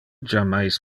jammais